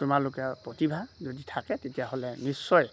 তোমালোকৰ প্ৰতিভা যদি থাকে তেতিয়াহ'লে নিশ্চয়